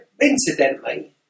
Incidentally